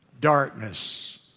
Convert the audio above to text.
darkness